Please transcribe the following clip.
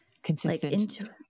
Consistent